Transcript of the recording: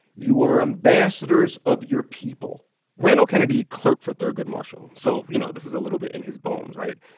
you are ambassadors of your people randall kennedy clerked for thurgood marshall, so, you know, this is a little bit in his bones, right?